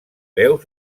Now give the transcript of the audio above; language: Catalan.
veus